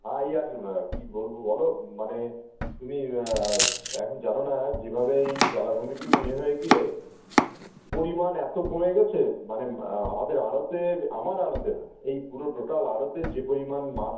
হ্যাঁ এই আছি কী বলব বলো মানে তুমি এখন জানো না যেভাবে এই জলাভূমি টূমি ইয়ে হয়ে গিয়ে পরিমাণ এত কমে গিয়েছে মানে আমাদের আড়তের আমার আড়তে না এই পুরো টোটাল আড়তে যে পরিমাণ মাছ